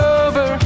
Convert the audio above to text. over